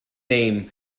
name